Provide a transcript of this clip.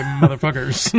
motherfuckers